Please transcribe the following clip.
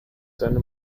seine